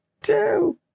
two